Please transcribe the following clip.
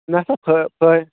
نہ سا اۭں